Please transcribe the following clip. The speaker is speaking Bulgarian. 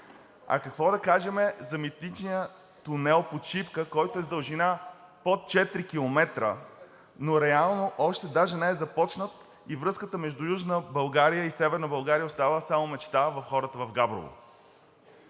Какво да кажем за митичния тунел под Шипка, който е с дължина под 4 км, но реално още даже не е започнат и връзката между Южна и Северна България остава само мечта в хората в Габрово?